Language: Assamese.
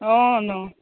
অ ন'